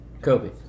Kobe